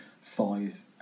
five